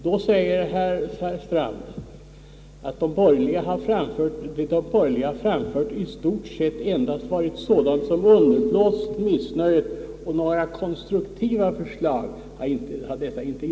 Herr Strand säger att vad de borgerliga framfört i stort sett endast varit sådant som underblåst missnöjet — några konstruktiva förslag har vi inte kommit med.